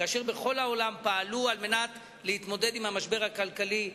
כאשר בכל העולם פעלו על מנת להתמודד עם המשבר הכלכלי העולמי,